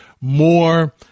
more